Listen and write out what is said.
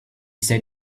said